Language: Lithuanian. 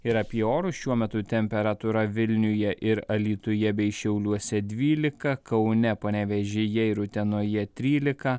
ir apie orus šiuo metu temperatūra vilniuje ir alytuje bei šiauliuose dvylika kaune panevėžyje ir utenoje trylika